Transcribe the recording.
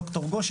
ד"ר גושן,